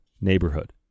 neighborhood